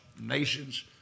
nations